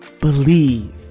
believe